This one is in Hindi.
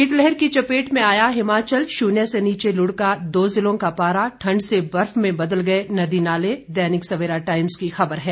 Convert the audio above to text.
शीतलहर की चपेट में आया हिमाचल शून्य से नीचे लुढ़का दो जिलों का पारा ठंड से बर्फ में बदल गए नदी नाले दैनिक सवेरा टाइम्स की खबर है